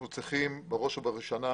אנחנו צריכים בראש ובראשונה,